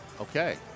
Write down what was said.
Okay